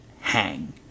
hang